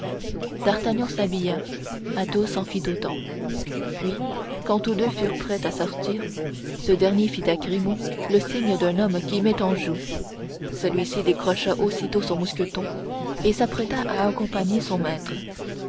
d'artagnan s'habilla athos en fit autant puis quand tous deux furent prêts à sortir ce dernier fit à grimaud le signe d'un homme qui met en joue celui-ci décrocha aussitôt son mousqueton et s'apprêta à accompagner son maître